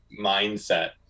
mindset